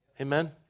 Amen